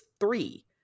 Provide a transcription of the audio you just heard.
three